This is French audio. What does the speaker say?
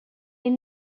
est